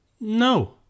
no